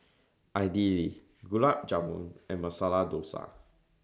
Idili Gulab Jamun and Masala Dosa